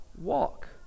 walk